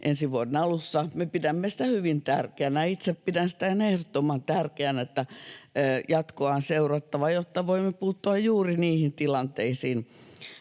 ensi vuoden alussa. Me pidämme sitä hyvin tärkeänä — ja itse pidän sitä ihan ehdottoman tärkeänä — että jatkoa on seurattava, jotta voimme puuttua juuri niihin tilanteisiin,